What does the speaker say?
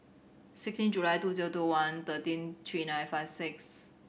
sixteen July two zero two one thirteen three nine five six